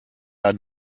are